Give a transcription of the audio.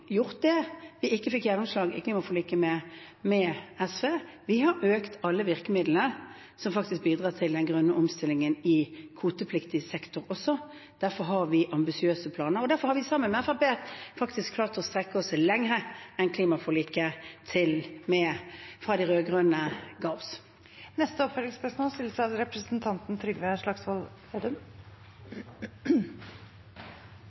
gjort det vi ikke fikk gjennomslag for i klimaforliket med SV – vi har også økt alle virkemidlene som faktisk bidrar til den grønne omstillingen i kvotepliktig sektor. Derfor har vi ambisiøse planer, og derfor har vi sammen med Fremskrittspartiet faktisk klart å strekke oss lenger enn det klimaforliket fra de